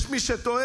יש מי שטוען,